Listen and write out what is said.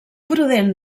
prudent